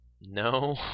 No